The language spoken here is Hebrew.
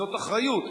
זו אחריות.